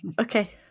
Okay